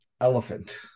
Elephant